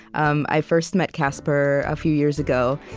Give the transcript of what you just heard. um i first met casper a few years ago,